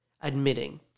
admitting